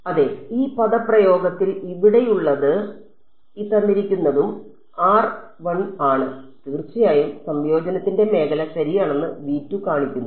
അതെ ഈ പദപ്രയോഗത്തിൽ ഇവിടെയള്ളത് ഉം ആണ് തീർച്ചയായും സംയോജനത്തിന്റെ മേഖല ശരിയാണെന്ന് കാണിക്കുന്നു